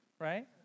right